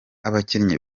abakinnyi